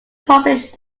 published